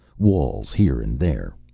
walls here and there,